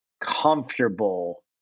comfortable